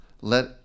Let